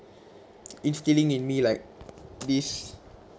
instilling in me like this